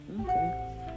okay